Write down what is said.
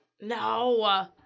No